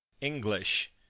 English